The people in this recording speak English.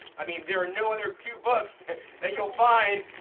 i mean, there are no other two books that you'll find